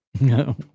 No